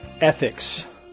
ethics